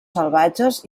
salvatges